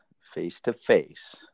face-to-face